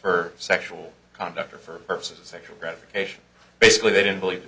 for sexual conduct or for purposes of sexual gratification basically they didn't believe